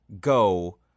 go